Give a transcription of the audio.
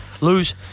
Lose